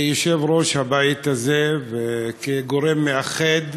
כיושב-ראש הבית הזה וכגורם מאחד,